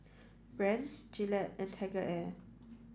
Brand's Gillette and TigerAir